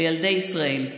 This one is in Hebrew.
לילדי ישראל,